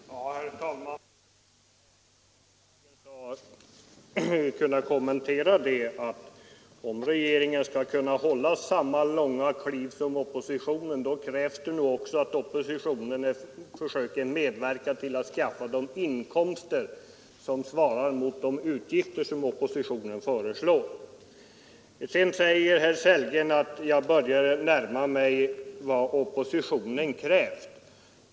Herr talman! Jag skulle vilja kommentera det sista som herr Sellgren sade med det påpekandet att det nog, för att regeringen skall kunna ta de långa kliv som oppositionen önskar, också krävs att oppositionen medverkar till att skaffa inkomster som motsvarar de utgifter som förslagen medför. Vidare säger herr Sellgren att jag börjar närma mig vad oppositionen har krävt.